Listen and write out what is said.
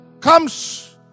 comes